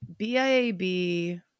BIAB